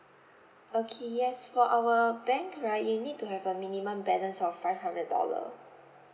okay yes for our bank right you need to have a minimum balance of five hundred dollar